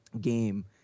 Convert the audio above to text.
game